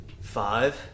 Five